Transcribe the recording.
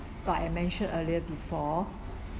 but I mentioned earlier before